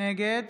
נגד